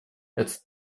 этот